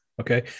Okay